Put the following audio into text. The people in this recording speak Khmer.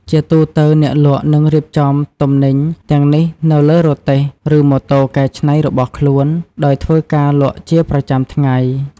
ជាទូទៅ អ្នកលក់នឹងរៀបចំទំនិញទាំងនេះនៅលើរទេះ ឬម៉ូតូកែច្នៃរបស់ខ្លួន ដោយធ្វើការលក់ជាប្រចាំថ្ងៃ។